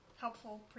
helpful